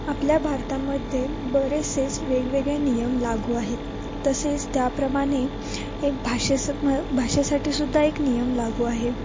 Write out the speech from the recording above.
आपल्या भारतामध्ये बरेचसे वेगवेगळे नियम लागू आहेत तसेच त्याप्रमाणे एक भाषेस म भाषेसाठी सुद्धा एक नियम लागू आहे